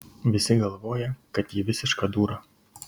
visi galvoja kad ji visiška dūra